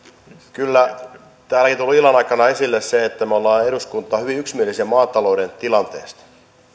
kyllä täälläkin on tullut illan aikana esille se että me olemme eduskunnassa hyvin yksimielisiä maatalouden tilanteesta